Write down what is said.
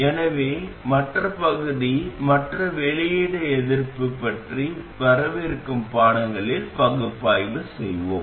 எனவே மற்ற பகுதி மற்றும் வெளியீடு எதிர்ப்பு பற்றி வரவிருக்கும் பாடங்களில் பகுப்பாய்வு செய்யும்